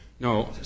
No